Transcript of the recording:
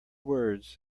words